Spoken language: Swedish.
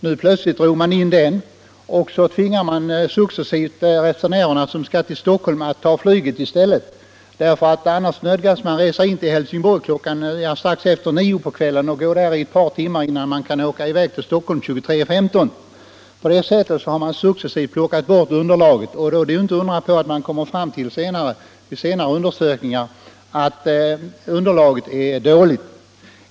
Nu drog SJ plötsligt in den och tvingar således resenärerna till Stockholm att börja ta flyget i stället. Annars nödgas man nämligen åka in till Helsingborg till strax efter kl. 21.00 och vänta där ett par timmar innan man kommer i väg till Stockholm kl. 23.15. På detta sätt har SJ successivt tagit bort trafikunderlaget, och då är det inte att undra på om företaget vid senare undersökningar skulle komma fram till att detta är dåligt.